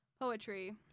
poetry